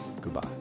Goodbye